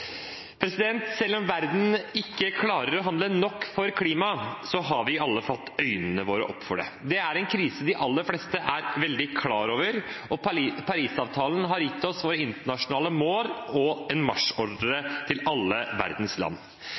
Selv om verden ikke klarer å handle nok for klimaet, har vi alle fått øynene opp for det. Det er en krise de aller fleste er veldig klar over, og Parisavtalen har gitt oss internasjonale mål og en marsjordre til alle verdens land.